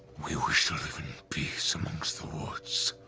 we wish to live in peace amongst the woods,